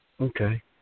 Okay